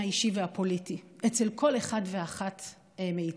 האישי לפוליטי אצל כל אחד ואחת מאיתנו,